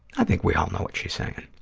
i think we all know what she's saying.